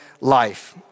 life